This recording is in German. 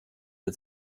der